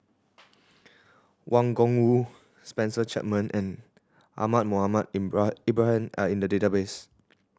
Wang Gungwu Spencer Chapman and Ahmad Mohamed Ibrahim are in the database